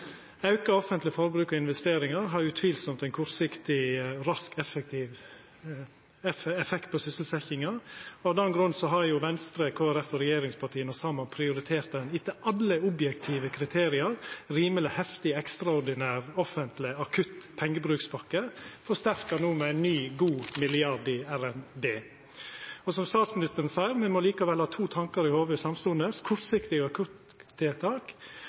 Auka offentleg forbruk og investeringar har utvilsamt ein kortsiktig, rask effekt på sysselsetjinga, og av den grunn har Venstre, Kristeleg Folkeparti og regjeringspartia saman prioritert ein – etter alle objektive kriterium – rimeleg heftig, ekstraordinær, offentleg akutt pengebrukspakke, no forsterka med ein ny, god milliard i RNB. Og som statsministeren seier, må me likevel ha to tankar i hovudet samstundes – kortsiktige, akutte tiltak